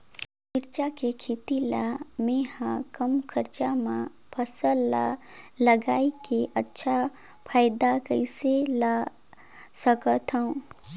मिरचा के खेती ला मै ह कम खरचा मा फसल ला लगई के अच्छा फायदा कइसे ला सकथव?